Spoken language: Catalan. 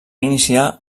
iniciar